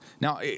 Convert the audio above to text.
now